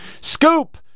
Scoop